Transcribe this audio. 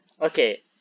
Okay